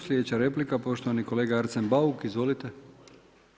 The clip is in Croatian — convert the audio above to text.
Slijedeća replika poštovani kolega Arsen Bauk, izvolite.